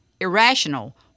irrational